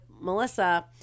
Melissa